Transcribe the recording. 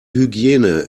hygiene